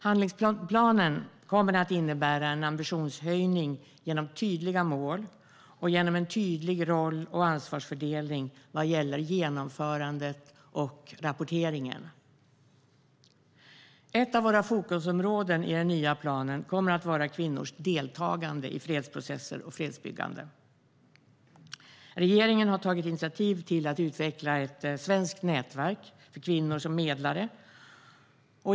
Handlingsplanen kommer att innebära en ambitionshöjning genom tydliga mål och genom en tydlig roll och ansvarsfördelning vad gäller genomförandet och rapporteringen. Ett av våra fokusområden i den nya planen kommer att vara kvinnors deltagande i fredsprocesser och fredsbyggande. Regeringen har tagit initiativ till att utveckla ett svenskt nätverk för kvinnor som medlare.